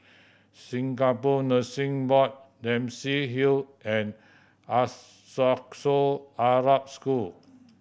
Singapore Nursing Board Dempsey Hill and Arab School